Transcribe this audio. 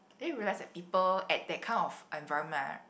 that you realize that people at that kind of environment right